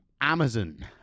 Amazon